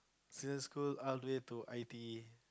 secondary school all the way to I T E